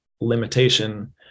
limitation